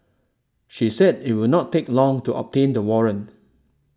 she said it would not take long to obtain the warrant